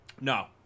No